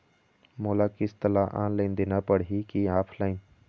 मोला किस्त ला ऑनलाइन देना पड़ही की ऑफलाइन?